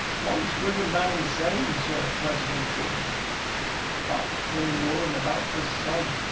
what is william banning saying to president truman about the korean war and about his son.